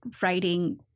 writing